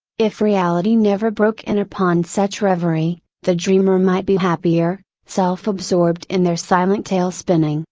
if reality never broke in upon such reverie, the dreamer might be happier, self absorbed in their silent tale spinning,